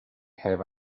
have